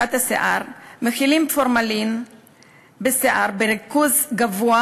להחלקת השיער מכילים פורמלין בריכוז גבוה